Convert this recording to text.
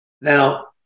Now